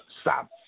stop